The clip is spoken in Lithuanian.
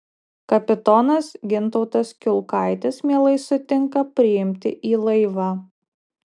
kapitonas gintautas kiulkaitis mielai sutinka priimti į laivą